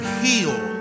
heal